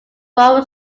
burrow